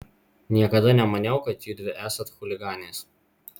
niekada nemaniau kad judvi esat chuliganės